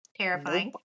Terrifying